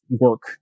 work